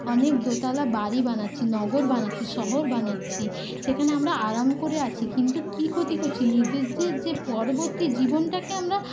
অনেক দোতলা বাড়ি বানাচ্ছি নগর বানাচ্ছি শহর বানাচ্ছি সেখানে আমরা আরাম করে আছি কিন্তু কি ক্ষতি করছি নিজেদের যে পরবর্তী জীবনটাকে আমরা